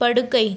படுக்கை